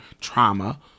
trauma